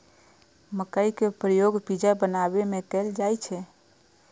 मकइ के उपयोग पिज्जा बनाबै मे कैल जाइ छै